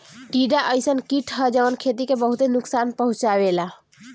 टिड्डा अइसन कीट ह जवन खेती के बहुते नुकसान पहुंचावेला